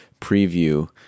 preview